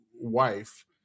wife